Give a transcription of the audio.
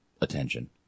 attention